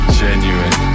genuine